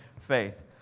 faith